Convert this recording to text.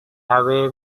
away